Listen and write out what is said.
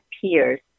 peers